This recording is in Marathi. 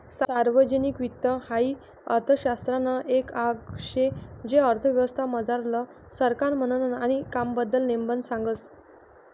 सार्वजनिक वित्त हाई अर्थशास्त्रनं एक आंग शे जे अर्थव्यवस्था मझारलं सरकारनं म्हननं आणि कामबद्दल नेमबन सांगस